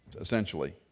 essentially